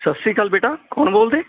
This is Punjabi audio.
ਸਤਿ ਸ਼੍ਰੀ ਅਕਾਲ ਬੇਟਾ ਕੌਣ ਬੋਲਦੇ